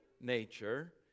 nature